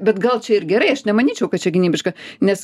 bet gal čia ir gerai aš nemanyčiau kad čia gynybiška nes